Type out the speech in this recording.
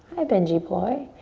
hi, benji boy.